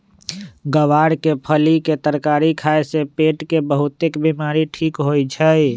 ग्वार के फली के तरकारी खाए से पेट के बहुतेक बीमारी ठीक होई छई